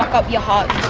up your heart